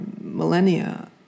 millennia